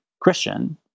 Christian